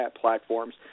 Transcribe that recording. platforms